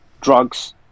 drugs